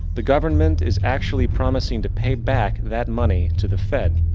the government is actually promising to pay back that money to the fed.